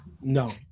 No